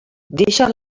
deixa